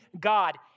God